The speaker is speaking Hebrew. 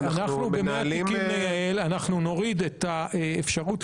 אנחנו מנהלים --- אנחנו נוריד את האפשרות